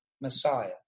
Messiah